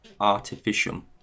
artificial